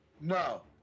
No